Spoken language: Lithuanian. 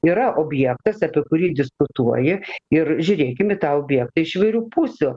yra objektas apie kurį diskutuoji ir žiūrėkim į tą objektą iš įvairių pusių